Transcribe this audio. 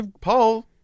Paul